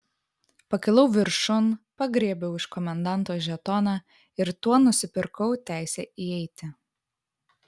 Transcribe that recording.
pakilau viršun pagriebiau iš komendanto žetoną ir tuo nusipirkau teisę įeiti